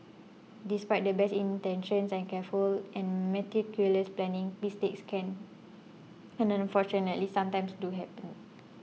despite the best intentions and careful and meticulous planning mistakes can and unfortunately sometimes do happen